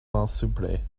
malsupre